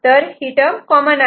तर ही term common आहे